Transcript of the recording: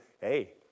hey